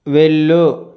వెళ్ళు